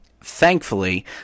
thankfully